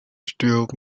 setiap